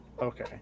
Okay